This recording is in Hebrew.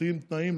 מציבים תנאים,